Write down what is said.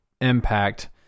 impact